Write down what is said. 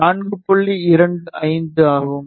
25 ஆகும்